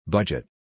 Budget